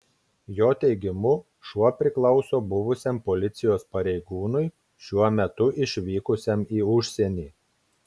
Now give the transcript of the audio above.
jo teigimu šuo priklauso buvusiam policijos pareigūnui šiuo metu išvykusiam į užsienį